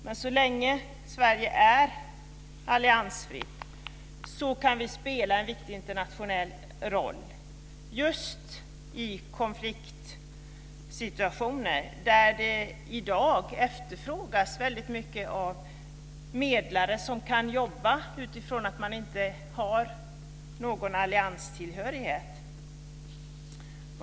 Men så länge Sverige är alliansfritt kan vi spela en viktig internationell roll just i konfliktsituationer, där det i dag efterfrågas väldigt mycket av medlare som kan arbeta utifrån att man inte har någon allianstillhörighet.